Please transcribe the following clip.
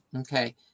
Okay